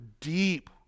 deep